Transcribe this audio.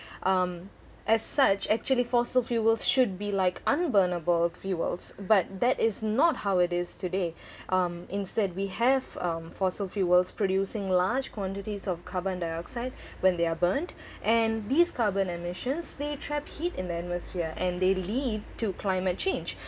um as such actually fossil fuels should be like unburnable fuels but that is not how it is today um instead we have um fossil fuels producing large quantities of carbon dioxide when they are burned and these carbon emissions they trap heat in the atmosphere and they lead to climate change